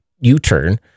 U-turn